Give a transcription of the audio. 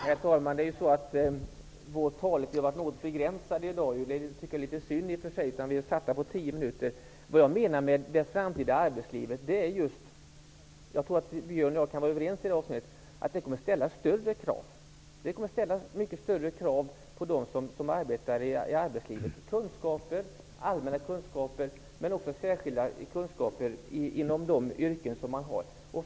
Herr talman! Vår taletid har varit något begränsad i dag. Vi är uppsatta för 10 minuter, och det tycker jag är litet synd. Vad jag menar när jag talar om det framtida arbetslivet är att det kommer att ställas högre krav. Jag tror att Björn Samuelson och jag kan vara överens i det avseendet. Det kommer att ställas mycket högre krav på dem som arbetar -- på allmänna kunskaper men också på specialkunskaper inom yrken.